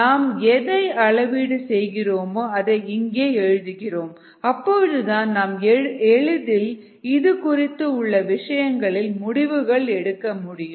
நாம் எதை அளவீடு செய்கிறோமோ அதை இங்கே எழுதுகிறோம் அப்போதுதான் நாம் எளிதில் இதுகுறித்து உள்ள விஷயங்களில் முடிவுகள் எடுக்க முடியும்